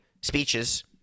speeches